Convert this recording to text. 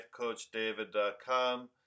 lifecoachdavid.com